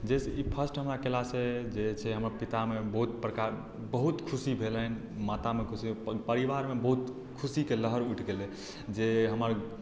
जाहिसँ ई फर्स्ट हमरा केलासँ जे छै हमर पितामे बहुत खुशी भेलनि मातामे खुशी परिवारमे बहुत खुशीके लहर उठि गेलै जे हमर